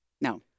No